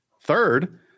Third